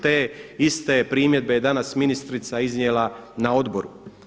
Te iste primjedbe je danas ministrica iznijela na odboru.